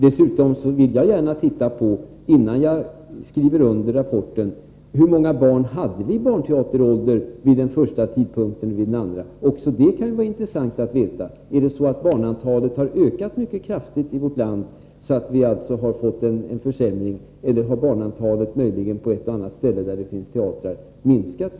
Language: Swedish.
Dessutom vill jag gärna innan jag skriver under på rapportens slutsatser veta hur många barn i barnteaterålder vi hade vid den första tidpunkten och vid den andra. Också det kan vara intressant att veta. Är det så att barnantalet i vårt land har ökat mycket kraftigt, så att vi därför har fått en försämring, eller har barnantalet möjligen på ett och annat ställe där det finns teatrar minskat?